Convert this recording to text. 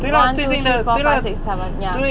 one two three four five six seven ya